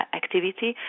activity